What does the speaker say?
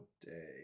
day